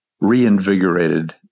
reinvigorated